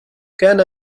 كان